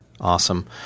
Awesome